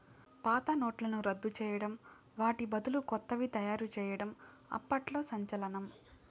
పాత నోట్లను రద్దు చేయడం వాటి బదులు కొత్తవి తయారు చేయడం అప్పట్లో సంచలనం